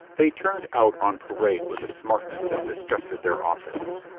they turned out on parade with a smartness that disgusted their officers.